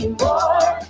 more